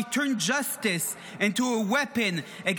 They turn justice into a weapon against